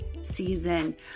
season